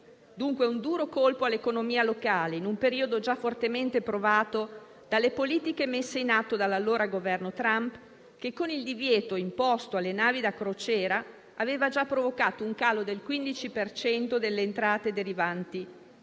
turismo; un duro colpo all'economia locale, dunque, in un periodo già fortemente provato dalle politiche messe in atto dall'allora Presidenza Trump che, con il divieto imposto alle navi da crociera, aveva già provocato un calo del 15 per cento delle